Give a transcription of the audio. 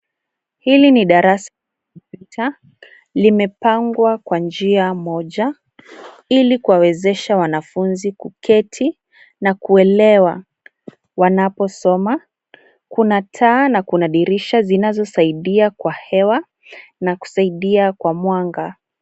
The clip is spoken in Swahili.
Hili ni darasa la kompyuta, limepangwa kwa njia moja ili kuwawezesha wanafunzi kuketi na kuelewa wanaposoma. Kuna taa na kuna dirisha zinazosaidia kwa hewa na kusaidia kwa mwanga.